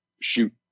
shoot